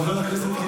הוא צריך לחזור בו.